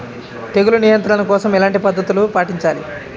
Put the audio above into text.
తెగులు నియంత్రణ కోసం ఎలాంటి పద్ధతులు పాటించాలి?